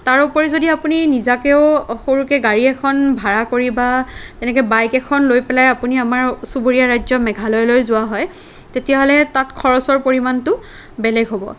তাৰোপৰি যদি আপুনি নিজাকেও সৰুকে গাড়ী এখন ভাড়া কৰি বা তেনেকে বাইক এখন লৈ পেলাই আপুনি আমাৰ চুবুৰীয়া ৰাজ্য মেঘালয়লৈ যোৱা হয় তেতিয়াহ'লে তাত খৰচৰ পৰিমাণটো বেলেগ হ'ব